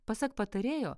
pasak patarėjo